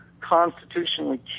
constitutionally